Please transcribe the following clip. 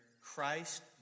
Christ